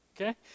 okay